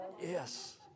yes